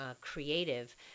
creative